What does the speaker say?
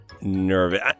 nervous